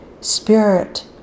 Spirit